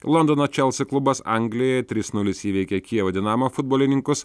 londono chelsea klubas anglijoje trys nulis įveikė kijevo dinamo futbolininkus